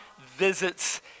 visits